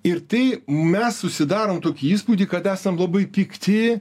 ir tai mes susidarom tokį įspūdį kad esam labai pikti